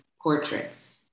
portraits